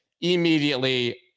immediately